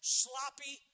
sloppy